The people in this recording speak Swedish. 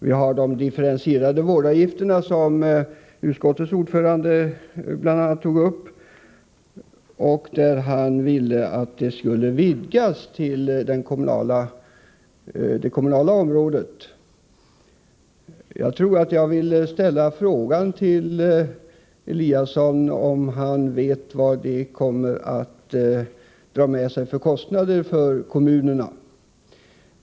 Vi har t.ex. de differentierade vårdavgifterna, som utskottets ordförande bl.a. tog upp och ville utvidga till det kommunala området. Jag tror att jag vill fråga Ingemar Eliasson om han vet vad det kommer att dra med sig i kostnader för kommunerna.